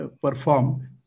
Perform